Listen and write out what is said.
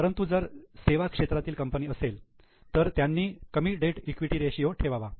परंतु जर सेवा क्षेत्रातील कंपनी असेल तर त्यांनी कमी डेट इक्विटी रेषीयो ठेवावा